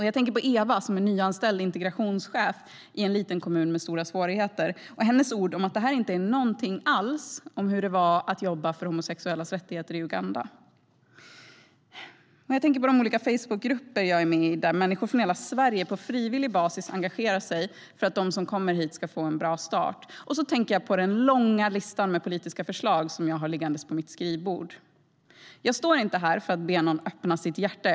Jag tänker på Eva, som är nyanställd integrationschef i en liten kommun med stora svårigheter, och hennes ord om att det här inte är någonting alls mot hur det var att jobba för homosexuellas rättigheter i Uganda. Jag tänker också på de olika Facebookgrupper jag är med i där människor från hela Sverige engagerar sig på frivillig basis för att de som kommer hit ska få en bra start, och så tänker jag på den långa lista med politiska förslag jag har liggande på mitt skrivbord. Jag står inte här för att be någon öppna sitt hjärta.